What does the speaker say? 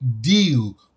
deal